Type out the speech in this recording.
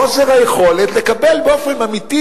חוסר היכולת לקבל באופן אמיתי